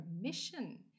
permission